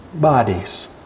bodies